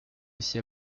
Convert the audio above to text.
aussi